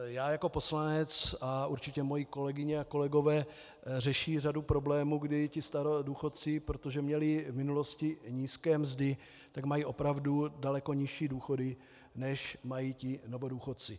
Já jako poslanec a určitě moje kolegyně a kolegové řeší řadu problémů, kdy ti starodůchodci, protože měli v minulosti nízké mzdy, mají opravdu daleko nižší důchody, než mají novodůchodci.